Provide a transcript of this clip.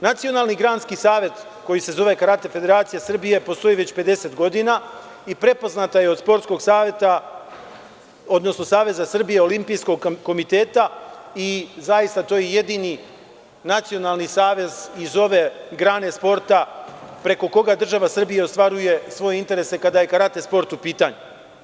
Nacionalni granski savet koji se zove Karate federacija Srbije, postoji već 50 godina i prepoznata je od Sportskog saveta odnosno Saveza Srbije, Olimpijskog komiteta i zaista to je jedini nacionalni savez iz ove grane sporta preko koga država Srbija ostvaruje svoje interese kada je karate sport u pitanju.